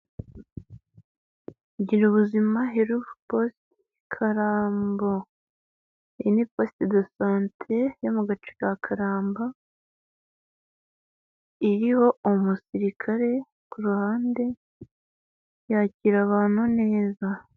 Gira ubuzima health post Karambo, iyi ni poste de sante yo mu gace ka karamba iriho umusirikare ku ruhande yakira abantu neza.